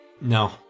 No